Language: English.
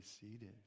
seated